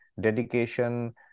dedication